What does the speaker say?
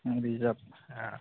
reserve अ